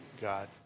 God